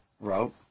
wrote